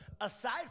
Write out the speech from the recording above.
aside